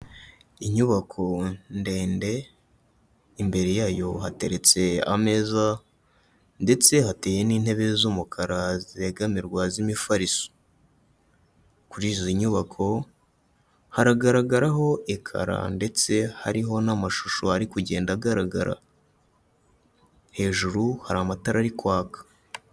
Inyubako ndende, imbere yayo hateretse ameza ndetse hateye n'intebe z'umukara zegamirwa z'imifariso. Kuri izo nyubako haragaragaraho ekara ndetse hariho n'amashusho ari kugenda agaragara. Hejuru hari amatara ari kwaka.